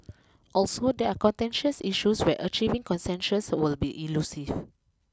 also they are contentious issues where achieving consensus will be elusive